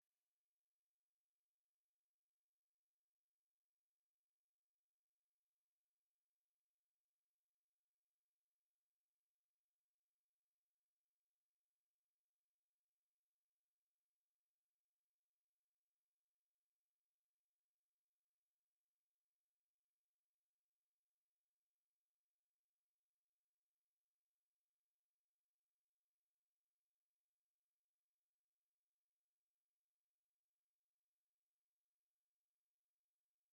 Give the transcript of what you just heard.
Inyamaswa y'impyisi yakunze gukoreshwa mu migani myinshi y'Ikinyarwanda. Aho akenshi yakoreshwaga nk'inyamaswa ikunda kurya abantu, aho yazaga mu gihe cy'ijoro maze yagira umuntu ihura na we ikaba iramuriye. Rero abarimu babibwira abana mu gihe bari kubacira umugani.